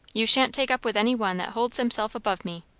you sha'n't take up with any one that holds himself above me.